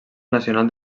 nacional